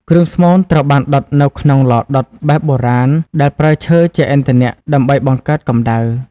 គ្រឿងស្មូនត្រូវបានដុតនៅក្នុង ឡដុត បែបបុរាណដែលប្រើឈើជាឥន្ធនៈដើម្បីបង្កើតកំដៅ។